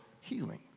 healing